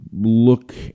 look